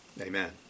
amen